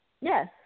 Yes